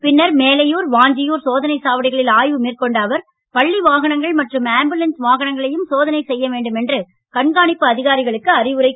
பின்னர் மேலையூர் வாஞ்சியூர் சோதனைச் சாவடிகளில் ஆய்வு மேற்கொண்ட அவர் பள்ளி வாகனங்கள் மற்றும் ஆம்புலன்ஸ் வாகனங்களையும் சோதனை செய்ய வேண்டும் என்று கண்காணிப்பு அதிகாரிகளுக்கு அவர் அறிவுரை கூறினார்